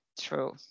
True